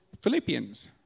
Philippians